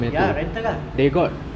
ya rental ah